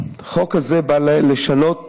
החוק הזה בא לשנות